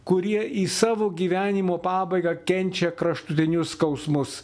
kurie į savo gyvenimo pabaigą kenčia kraštutinius skausmus